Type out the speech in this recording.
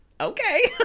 okay